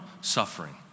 suffering